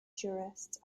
jurists